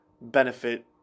benefit